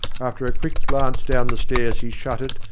after a quick glance down the stairs he shut it,